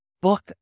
book